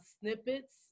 snippets